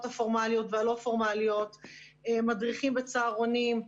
הפורמליות והלא פורמליות ומדריכים בצהרונים.